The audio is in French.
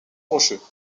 rocheux